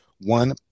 one